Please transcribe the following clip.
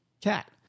cat